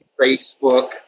Facebook